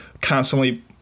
constantly